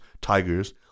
tigers